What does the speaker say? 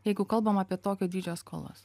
jeigu kalbam apie tokio dydžio skolas